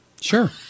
Sure